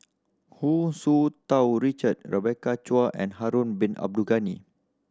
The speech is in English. Hu Tsu Tau Richard Rebecca Chua and Harun Bin Abdul Ghani